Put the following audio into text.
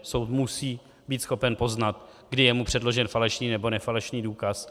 Soud musí být schopen poznat, kdy je mu předložen falešný nebo nefalešný důkaz.